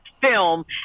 film